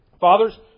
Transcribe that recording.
Fathers